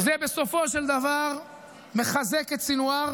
בסופו של דבר זה מחזק את סנוואר